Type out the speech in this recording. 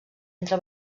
entre